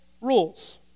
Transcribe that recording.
rules